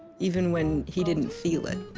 even when he didn't feel it.